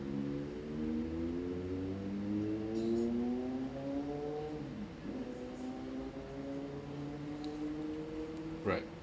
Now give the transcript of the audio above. right